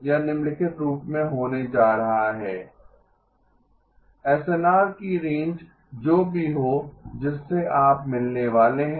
यह निम्नलिखित रूप में होने जा रहा है एसएनआर की रेंज जो भी हो जिससे आप मिलने वाले है